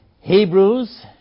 Hebrews